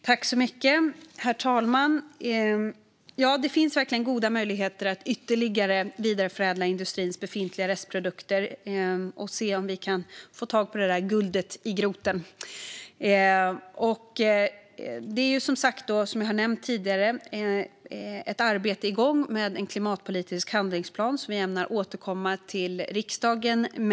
Herr talman! Ja, det finns verkligen goda möjligheter att ytterligare vidareförädla industrins befintliga restprodukter och se om vi kan få tag på det där guldet i groten. Som jag har nämnt tidigare är ett arbete igång med en klimatpolitisk handlingsplan som vi ämnar återkomma till riksdagen med.